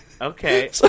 Okay